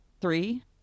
three